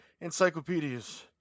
encyclopedias